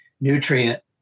nutrient